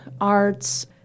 arts